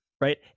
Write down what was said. right